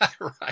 Right